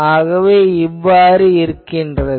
ஆகவே இவ்வாறு இருக்கிறது